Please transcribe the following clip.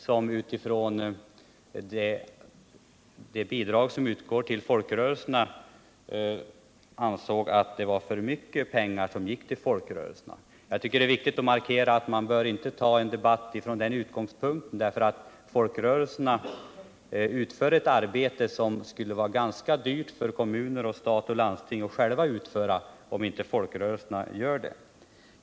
Han ansåg med det bidrag som utgår till folkrörelserna som utgångspunkt att alltför mycket pengar anslås till folkrörelserna. Det är viktigt att markera att man inte bör föra en debatt från den utgångspunkten, eftersom folkrörelserna utför ett arbete som skulle vara dyrt för stat, kommuner och landsting att själva utföra, om inte folkrörelserna gjorde det.